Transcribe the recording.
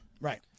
Right